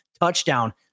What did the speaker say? touchdown